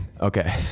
Okay